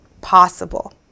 possible